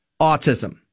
autism